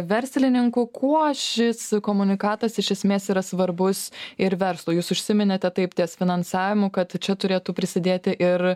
verslininkų kuo šis komunikatas iš esmės yra svarbus ir verslui jūs užsiminėte taip ties finansavimu kad čia turėtų prisidėti ir